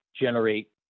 generate